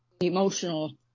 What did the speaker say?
emotional